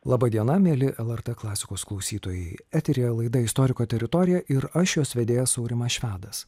laba diena mieli lrt klasikos klausytojai eteryje laida istoriko teritorija ir aš jos vedėjas aurimas švedas